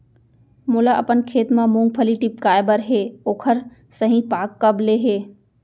मोला अपन खेत म मूंगफली टिपकाय बर हे ओखर सही पाग कब ले हे?